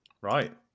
Right